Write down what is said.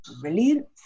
Brilliant